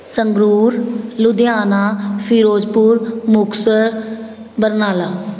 Sangrur Ludhiana Firozpur Muktsar Barnala